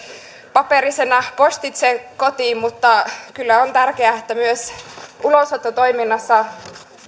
paperisena postitse kotiin mutta kyllä on tärkeää että myös ulosottotoiminnassa